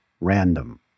random